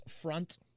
front